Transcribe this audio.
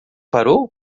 parou